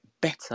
better